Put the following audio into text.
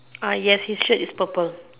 yes his shirt is purple